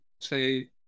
say